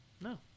no